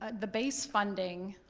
ah the base funding,